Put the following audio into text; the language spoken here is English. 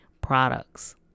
products